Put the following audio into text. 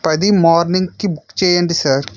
పది మార్నింగ్కి బుక్ చేయండి సార్